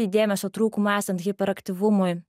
dėmesio trūkumu esant hiper aktyvumui